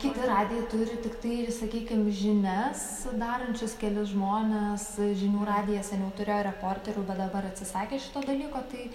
kiti radijai turi tiktai ir sakykim žinias sudarančius kelis žmones žinių radijas seniau turėjo reporterių bet dabar atsisakė šito dalyko tai